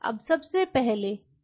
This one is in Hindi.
अब सबसे पहले ये सेल्स क्या करते हैं